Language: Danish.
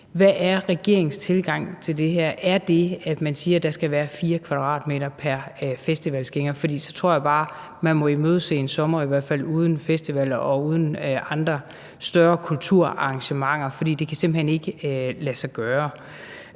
Hvad er regeringens tilgang til det her? Er det, at man siger, at der skal være 4 m² pr. festivalgænger? For så tror jeg i hvert fald bare, man må imødese en sommer uden festivaler og andre større kulturarrangementer, for det kan simpelt hen ikke lade sig gøre.